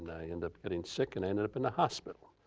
and i ended up getting sick and ended up in the hospital.